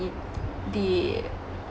it the